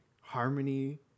harmony